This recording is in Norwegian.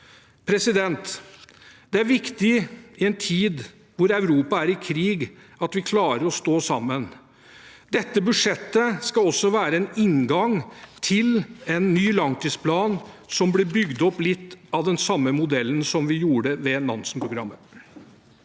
Det er viktig i en tid da Europa er i krig, at vi klarer å stå sammen. Dette budsjettet skal også være en inngang til en ny langtidsplan, som ble bygd litt etter den samme modellen som vi gjorde det ved Nansen-programmet.